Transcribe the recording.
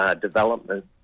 development